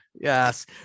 yes